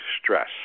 stress